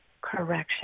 correction